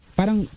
parang